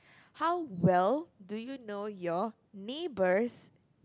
how well do you know your neighbours